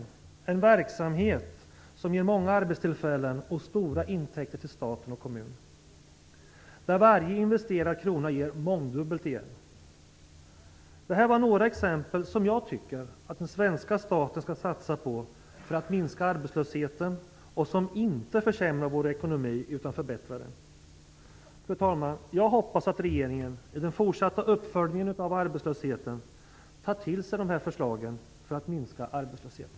Det är en verksamhet som ger många arbetstillfällen och stora intäkter för stat och kommun, där varje investerad krona ger mångdubbelt igen. Detta var några exempel som jag tycker att svenska staten skall satsa på för att minska arbetslösheten och som inte försämrar vår ekonomi utan förbättrar den. Fru talman! Jag hoppas att regeringen i den fortsatta uppföljningen av arbetslösheten tar till sig dessa förslag för att minska arbetslösheten.